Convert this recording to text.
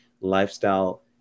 lifestyle